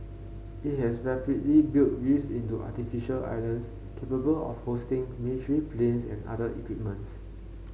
it has rapidly built reefs into artificial islands capable of hosting military planes and other equipments